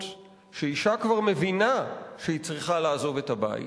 אשה מבינה שהיא צריכה לעזוב את הבית,